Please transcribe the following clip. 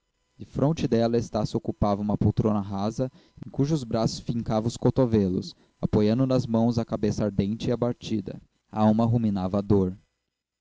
defronte dela estácio ocupava uma poltrona rasa em cujos braços fincava os cotovelos apoiando nas mãos a cabeça ardente e abatida a alma ruminava a dor